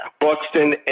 Buxton